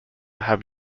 have